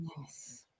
Yes